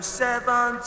seven